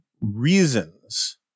reasons